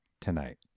tonight